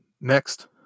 next